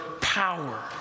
power